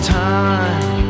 time